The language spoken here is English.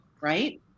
right